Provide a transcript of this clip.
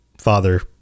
father